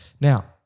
Now